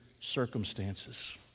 circumstances